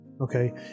okay